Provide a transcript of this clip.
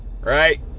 Right